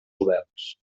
oberts